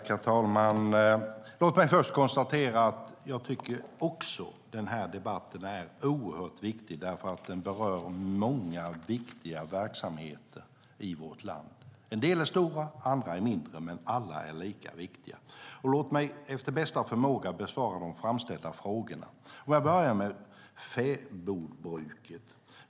Herr talman! Låt mig först konstatera att jag också tycker att den här debatten är oerhört viktig. Den berör många viktiga verksamheter i vårt land. En del är stora. Andra är mindre. Men alla är lika viktiga. Låt mig efter bästa förmåga besvara de framställda frågorna. Jag börjar med fäbodbruket.